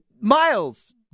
miles